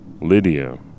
Lydia